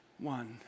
one